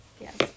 yes